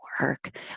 work